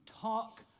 talk